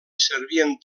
servien